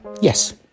Yes